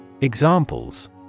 Examples